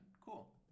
Cool